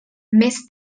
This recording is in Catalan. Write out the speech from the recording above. més